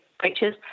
breaches